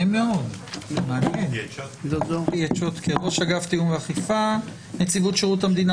מן הראוי שאזרחי ישראל ידעו שהחובה הזאת של שקיפות חלה גם